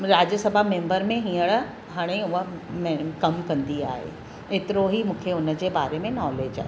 राज्य सभा मेंबर में हींअर हाणे उहा कमु कंदी आहे एतिरो ई मूंखे उन जे बारे में नॉलेज आहे